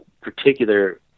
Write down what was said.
particular